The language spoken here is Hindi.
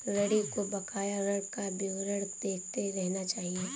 ऋणी को बकाया ऋण का विवरण देखते रहना चहिये